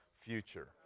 future